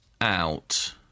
out